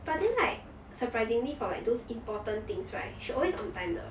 but then like surprisingly for like those important things right she always on time 的